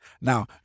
Now